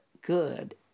good